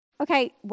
Okay